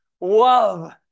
Love